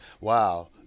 Wow